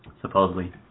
supposedly